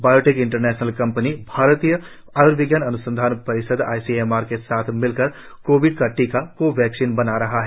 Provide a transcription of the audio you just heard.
biotech international company भारतीय आय्र्विज्ञान अन्संधान परिषद आईसीएमआर के साथ मिलकर कोविड का टीका को वैक्सीन बना रही है